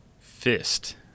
fist